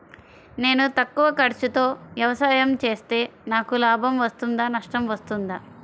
నేను తక్కువ ఖర్చుతో వ్యవసాయం చేస్తే నాకు లాభం వస్తుందా నష్టం వస్తుందా?